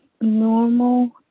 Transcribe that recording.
normal